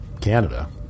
Canada